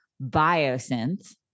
biosynth